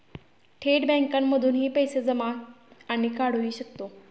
थेट बँकांमधूनही पैसे जमा आणि काढुहि शकतो